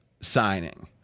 signing